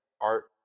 art